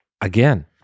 again